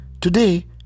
Today